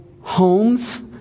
homes